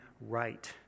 right